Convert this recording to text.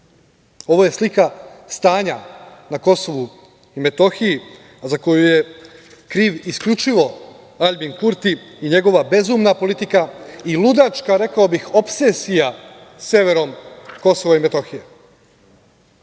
Ovo je slika stanja na Kosovu i Metohiji za koju je kriv isključivo Aljbin Kurti i njegova bezumna politika i ludačka, rekao bih, opsesija severom Kosova i Metohije.